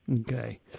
Okay